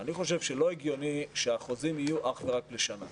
אני חושב שלא הגיוני שהחוזים יהיו אך ורק לשנה.